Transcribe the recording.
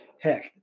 Heck